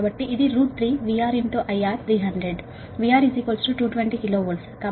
కాబట్టి ఇది 3 VRIR 300 VR 220 KV